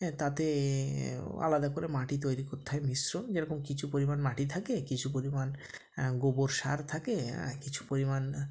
হ্যাঁ তাতে আলাদা করে মাটি তৈরি করতে হয় মিশ্রণ যেরকম কিছু পরিমাণ মাটি থাকে কিছু পরিমাণ গোবর সার থাকে কিছু পরিমাণ